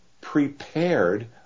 prepared